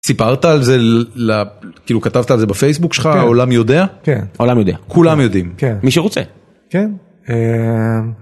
סיפרת על זה? כאילו כתבת על זה בפייסבוק שלך, העולם יודע? כן העולם יודע, כולם יודעים, מי שרוצה.